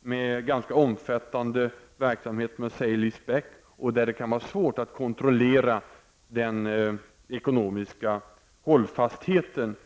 med ganska omfattande verksamhet med sale-leaseback och där det kan vara svårt att kontrollera den ekonomiska hållfastheten.